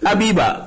Abiba